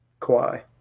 Kawhi